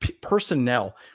personnel